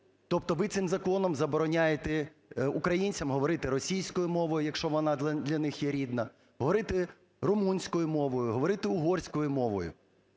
тобто ви цим законом забороняєте українцям говорити російською мовою, якщо вона для них є рідна, говорити румунською мовою, говорити угорською мовою.